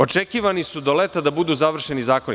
Očekivani su do leta da budu završeni zakoni.